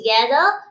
together